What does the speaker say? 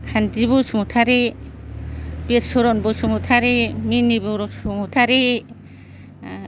खानदि बसुमथारि बिरचरन बसुमथारि नेनि बसुमथारि